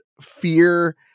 fear